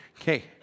Okay